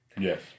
Yes